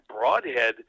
broadhead